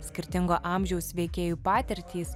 skirtingo amžiaus veikėjų patirtys